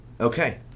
Okay